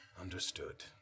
Understood